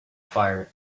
fire